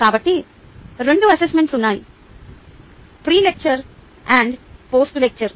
కాబట్టి రెండు అసెస్మెంట్స్ ఉన్నాయి ప్రీ లెక్చర్ మరియు పోస్ట్ లెక్చర్